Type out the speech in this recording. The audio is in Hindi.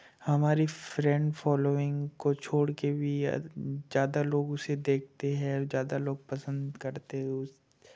हमारी फ़्रेंड फ़ॉलोइंग को छोड़ के भी ज़्यादा लोग उसे देखते हैं ज़्यादा लोग पसंद करते हैं उस